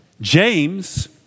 James